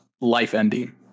life-ending